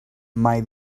mai